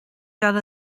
eile